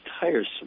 tiresome